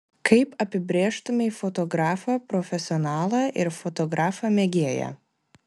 kaip apibrėžtumei fotografą profesionalą ir fotografą mėgėją